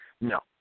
No